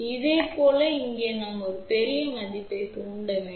இதேபோல் இங்கே நாம் ஒரு பெரிய மதிப்பைத் தூண்ட வேண்டும்